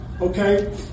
Okay